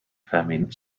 famine